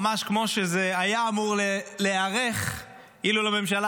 ממש כמו שזה היה אמור להיערך אילו לממשלה